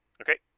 Okay